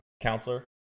counselor